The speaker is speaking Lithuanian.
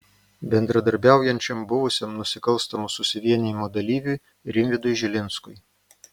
bendradarbiaujančiam buvusiam nusikalstamo susivienijimo dalyviui rimvydui žilinskui